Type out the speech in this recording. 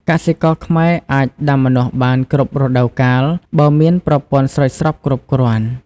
កសិករខ្មែរអាចដាំម្នាស់បាន គ្រប់រដូវកាល បើមានប្រព័ន្ធស្រោចស្រពគ្រប់គ្រាន់។